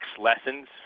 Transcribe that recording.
lessons